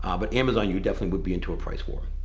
um but amazon you definitely would be into a price war.